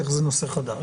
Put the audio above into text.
איך זה נושא חדש?